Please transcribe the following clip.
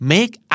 Make